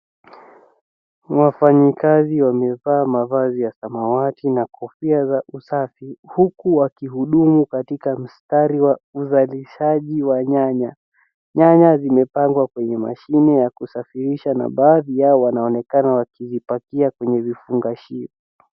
Wafanyikazi wamevaa mavazi ya samawati na kofia za usafi, huku wakihudumu katika mstari wa uzalishaji wa nyanya, nyanya zimepandwa kwenye mashine ya kusafirisha na baadhi yao wanaonekana wakizipakia kwenye vifungashio.